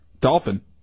Dolphin